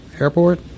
airport